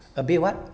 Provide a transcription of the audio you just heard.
a bit what